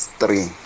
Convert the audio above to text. three